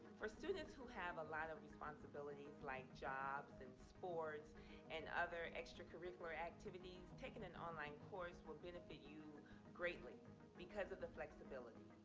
for students who have a lot of responsibilities, like jobs and sports and other extracurricular activities, taking an online course will benefit you greatly because of the flexibility.